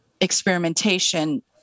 Experimentation